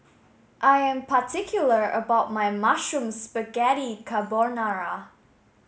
I am particular about my mushroom spaghetti carbonara